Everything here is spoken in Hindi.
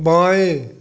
बाएँ